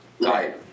Right